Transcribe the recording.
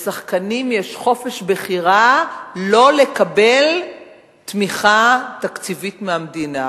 לשחקנים יש חופש בחירה לא לקבל תמיכה תקציבית מהמדינה.